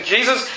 Jesus